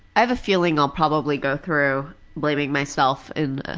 i have a feeling i'll probably go through blaming myself in